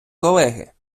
колеги